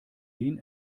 den